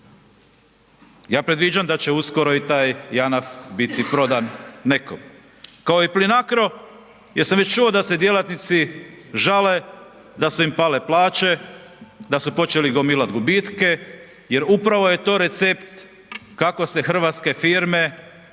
Ja predviđam da će uskoro i taj JANAF biti prodan nekome, kao i Plinacro jer sam već čuo da se djelatnici žale da su im pale plaće, da su počeli gomilati gubitke jer upravo je to recept kako se hrvatske firme